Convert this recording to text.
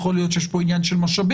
יכול להיות שיש פה עניין של משאבים,